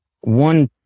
one